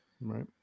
right